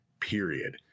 period